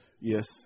Yes